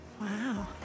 Wow